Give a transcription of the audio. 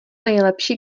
nejlepší